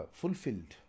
fulfilled